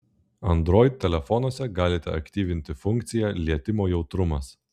android telefonuose galite aktyvinti funkciją lietimo jautrumas